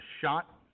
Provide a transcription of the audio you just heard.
shot